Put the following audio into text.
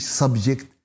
subject